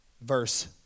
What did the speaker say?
verse